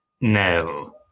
No